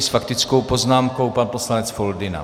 S faktickou poznámkou pan poslanec Foldyna.